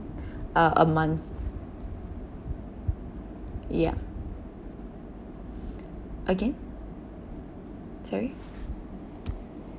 uh a month ya again sorry